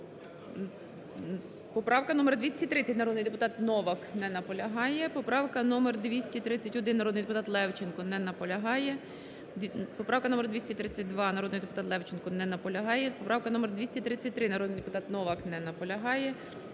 Поправка номер 230, народний депутат Новак. Не наполягає. Поправка номер 231, народний депутат Левченко. Не наполягає. Поправка номер 232, народний депутат Левченко. Не наполягає. Поправка номер 233, народний депутат Новак. Не наполягає.